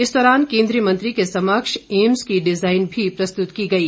इस दौरान केंद्रीय मंत्री के समक्ष एम्स का डिजाईन भी प्रस्तुत की गई